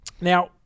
Now